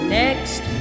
next